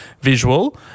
visual